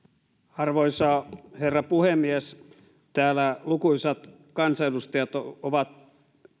arvoisa herra puhemies täällä lukuisat kansanedustajat ovat